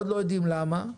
עוד לא יודעים למה,